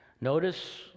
Notice